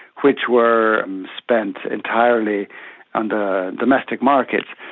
which were spent entirely on the domestic markets.